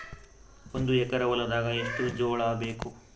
ಒಂದು ಎಕರ ಹೊಲದಾಗ ಎಷ್ಟು ಜೋಳಾಬೇಕು?